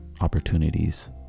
opportunities